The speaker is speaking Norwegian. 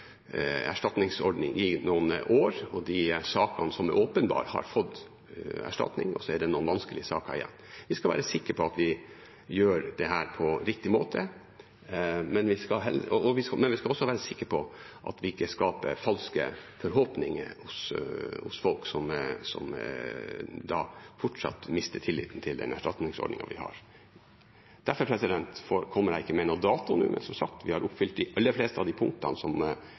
erstatningsordning i noen år, og i de sakene som er åpenbare, har man fått erstatning, og så er det noen vanskelige saker igjen. Vi skal være sikre på at vi gjør dette på riktig måte, men vi skal også være sikre på at vi ikke skaper falske forhåpninger hos folk, som da mister tilliten til den erstatningsordningen vi har. Derfor kommer jeg ikke med noen dato nå, men, som sagt, vi har oppfylt de aller fleste av de punktene som